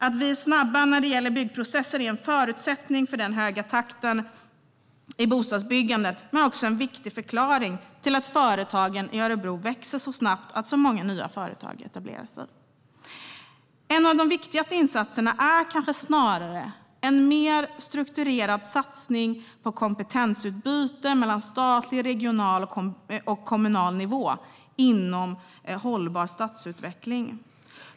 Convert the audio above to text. Att vi är snabba när det gäller byggprocesser är en förutsättning för den höga takten i bostadsbyggandet, men också en viktig förklaring till att företagen i Örebro växer så snabbt och att så många nya företag etablerar sig här." En av de viktigaste insatserna är kanske snarare en mer strukturerad satsning på kompetensutbyte mellan statlig, regional och kommunal nivå inom hållbar stadsutveckling.